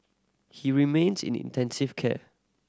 he remains in intensive care